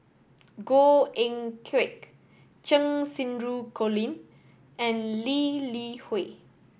Goh Eck Kheng Cheng Xinru Colin and Lee Li Hui